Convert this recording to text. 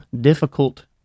difficult